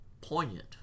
poignant